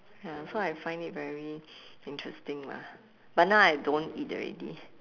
ya so I find it very interesting lah but now I don't eat already